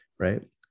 right